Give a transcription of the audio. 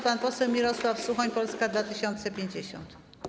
Pan poseł Mirosław Suchoń, Polska 2050.